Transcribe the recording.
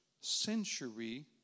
century